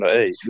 Hey